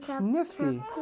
Nifty